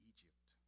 Egypt